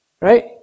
Right